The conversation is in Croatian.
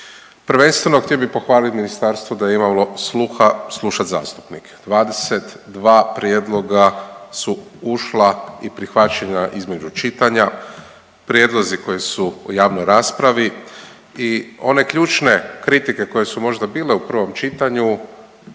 Prvenstveno htio bi pohvaliti ministarstvo da je imalo sluha slušat zastupnike, 22 prijedloga su ušla i prihvaćena između čitanja, prijedlozi koji su u javnoj raspravi. I one ključne kritike koje su možda bile u prvom čitanju